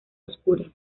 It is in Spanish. oscura